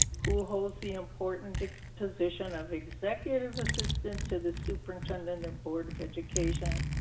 who holds the important position of executive assistant to the superintendent of board of education.